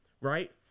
right